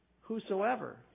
whosoever